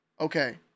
Okay